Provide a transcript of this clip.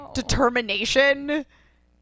determination